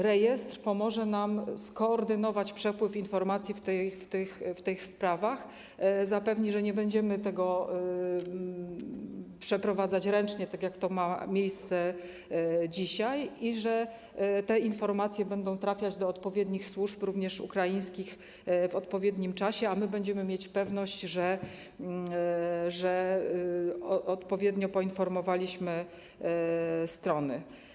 Rejestr pomoże nam skoordynować przepływ informacji w tych sprawach, zapewni, że nie będziemy tego przeprowadzać ręcznie, tak jak to ma miejsce dzisiaj, i że te informacje będą trafiać do odpowiednich służb, również ukraińskich, w odpowiednim czasie, a my będziemy mieć pewność, że odpowiednio poinformowaliśmy strony.